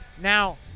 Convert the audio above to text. Now